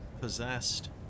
possessed